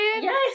Yes